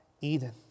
Eden